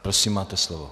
Prosím, máte slovo.